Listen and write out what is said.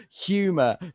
humor